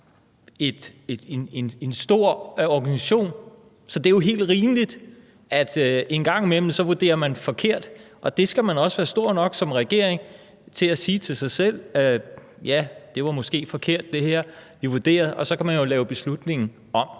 en stor organisation, så det er jo helt rimeligt, at man en gang imellem vurderer forkert, og der skal man også som regering være stor nok til at sige til sig selv: Ja, det, vi vurderede her, var måske forkert. Og så kan man jo lave beslutningen om.